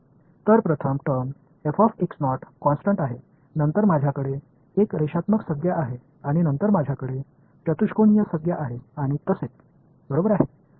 तर प्रथम term constant आहे नंतर माझ्याकडे एक रेषात्मक संज्ञा आहे आणि नंतर माझ्याकडे चतुष्कोणीय संज्ञा आहे आणि तसेच बरोबर आहे